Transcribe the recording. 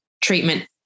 treatment